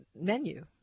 menu